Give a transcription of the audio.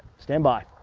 stand by.